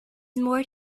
moored